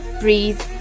breathe